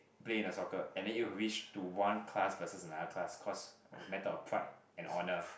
play in the soccer and then it will reach to one class versus another class cause a matter of pride and honour